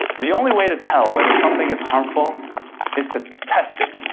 the only way to tell whether something is harmful is to test it,